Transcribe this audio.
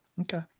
Okay